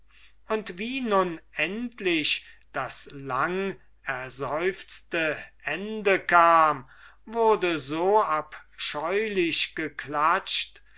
und wie nun endlich das langerseufzte ende kam wurde so abscheulich geklatscht